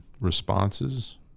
responses